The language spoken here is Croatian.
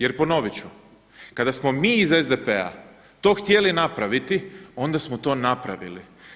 Jer ponoviti ću, kada smo mi iz SDP-a to htjeli napraviti onda smo to napravili.